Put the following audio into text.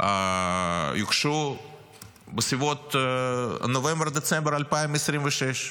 יוגשו בסביבות נובמבר-דצמבר 2026,